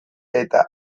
eta